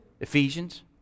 Ephesians